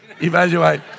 evaluate